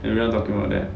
everyone talking about that